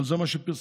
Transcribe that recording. אבל זה מה שפרסמו.